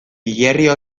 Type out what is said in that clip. hilerria